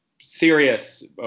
serious